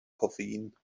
koffein